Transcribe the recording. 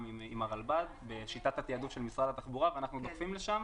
עם הרלב"ד בשיטת התעדוף של משרד התחבורה ואנחנו דוחפים לשם.